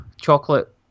chocolate